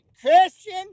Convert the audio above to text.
Christian